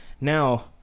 Now